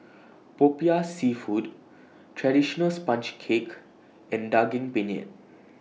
Popiah Seafood Traditional Sponge Cake and Daging Penyet